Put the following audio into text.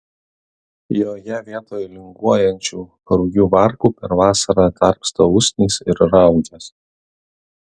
joje vietoj linguojančių rugių varpų per vasarą tarpsta usnys ir raugės